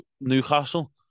Newcastle